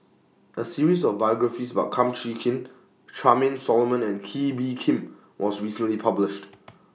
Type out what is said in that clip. A series of biographies about Kum Chee Kin Charmaine Solomon and Kee Bee Khim was recently published